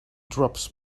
drops